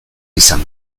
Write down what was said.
izan